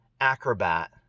acrobat